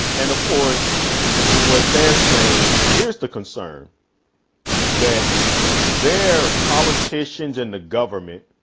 and of course the what they're saying, here's the concern that their politicians and the government,